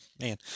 man